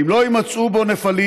ואם לא יימצאו בו נפלים,